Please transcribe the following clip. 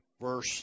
verse